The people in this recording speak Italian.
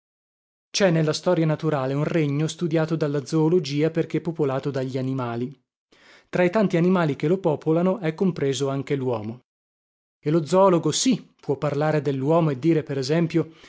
cè nella storia naturale un regno studiato dalla zoologia perché popolato dagli animali tra i tanti animali che lo popolano è compreso anche luomo e lo zoologo sì può parlare delluomo e dire per esempio